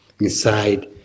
inside